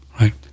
right